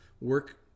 work